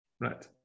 Right